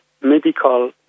medical